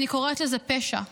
אני קוראת לזה פשע.